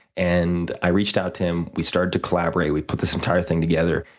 and, i reached out to him. we started to collaborate. we put this entire thing together,